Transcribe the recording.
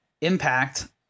impact